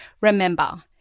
remember